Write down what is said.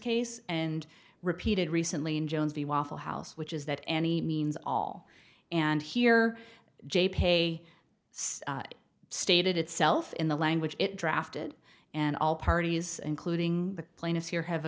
case and repeated recently in jones the waffle house which is that any means all and here j pay stated itself in the language it drafted and all parties including the plaintiffs here have